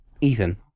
Ethan